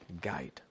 guide